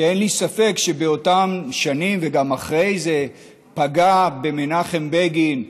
שאין לי ספק שבאותן שנים וגם אחרי זה פגע במנחם בגין,